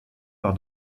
par